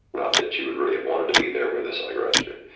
not that you would really have wanted to be there with us, i grant you,